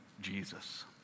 Jesus